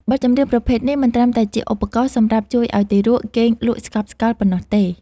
បទចម្រៀងប្រភេទនេះមិនត្រឹមតែជាឧបករណ៍សម្រាប់ជួយឱ្យទារកគេងលក់ស្កប់ស្កល់ប៉ុណ្ណោះទេ